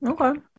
Okay